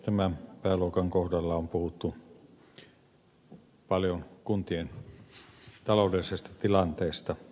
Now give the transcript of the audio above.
tämän pääluokan kohdalla on puhuttu paljon kuntien taloudellisesta tilanteesta